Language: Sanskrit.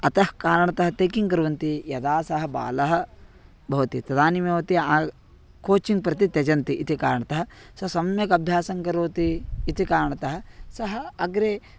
अतः कारणतः ते किं कुर्वन्ति यदा सः बालः भवति तदानीमेव ते कोचिङ्ग् प्रति त्यजन्ति इति कारणतः सः सम्यक् अभ्यासं करोति इति कारणतः सः अग्रे